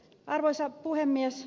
arvoisa puhemies